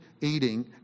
eating